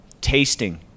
Tasting